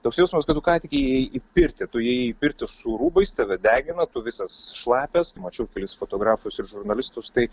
toks jausmas kad tu ką tik įėjai į pirtį tu įėjai į pirtį su rūbais tave degina tu visas šlapias mačiau kelis fotografus ir žurnalistus tai